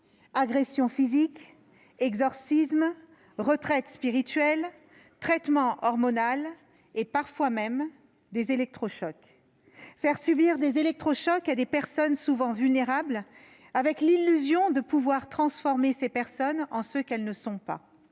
agressions physiques, exorcismes, retraites spirituelles, traitements hormonaux, et même, parfois, électrochocs. Faire subir des électrochocs à des personnes souvent vulnérables, avec l'illusion de pouvoir transformer ces personnes en ce qu'elles ne sont pas